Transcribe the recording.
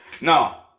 no